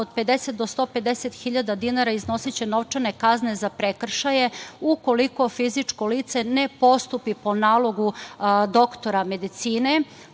od 50 do 150 hiljada dinara iznosiće novčane kazne za prekršaje ukoliko fizičko lice ne postupi po nalogu doktora medicine,